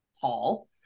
Paul